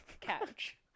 Couch